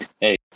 hey